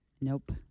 Nope